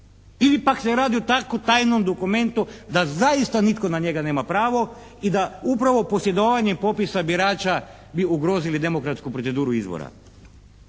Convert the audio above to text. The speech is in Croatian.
Ili pak se radi o tako tajnom dokumentu da zaista nitko na njega nema pravo i da upravo posjedovanjem popisa birača bi ugrozili demokratsku proceduru izbora.